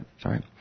sorry